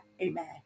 Amen